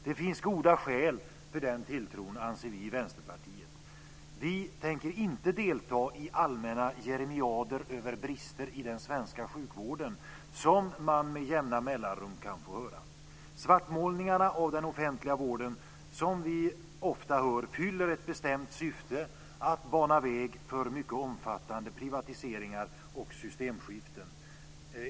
Det finns goda skäl för den tilltron, anser vi i Vänsterpartiet. Vi tänker inte delta i allmänna jerimiader över brister i den svenska sjukvården som man med jämna mellanrum kan få höra. Svartmålningarna av den offentliga vården som vi ofta hör fyller ett bestämt syfte, nämligen att bana väg för mycket omfattande privatiseringar och systemskiften.